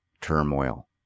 turmoil